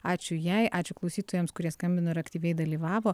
ačiū jai ačiū klausytojams kurie skambino ir aktyviai dalyvavo